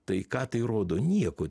tai ką tai rodo nieko